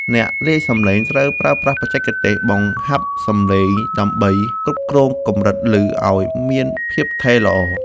អ្នកលាយសំឡេងត្រូវប្រើប្រាស់បច្ចេកទេសបង្ហាប់សំឡេងដើម្បីគ្រប់គ្រងកម្រិតឮឱ្យមានភាពថេរល្អ។